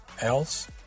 else